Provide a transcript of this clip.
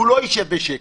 הוא לא ישב בשקט.